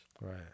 Right